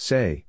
Say